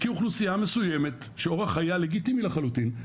כי אוכלוסייה מסוימת שאורח חייה לגיטימי לחלוטין,